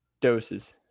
Doses